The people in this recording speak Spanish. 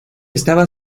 estaba